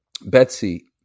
Betsy